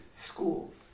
schools